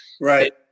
Right